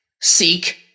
seek